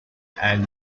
and